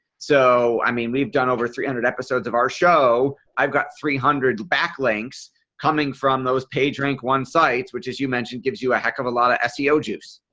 so i mean we've done over three hundred episodes of our show. i've got three hundred backlinks coming from those page rank one sites which as you mentioned gives you a a heck of a lot of seo juice